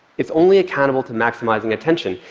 it's only accountable to maximizing attention.